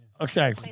Okay